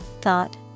thought